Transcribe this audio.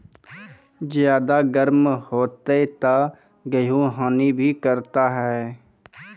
ज्यादा गर्म होते ता गेहूँ हनी भी करता है?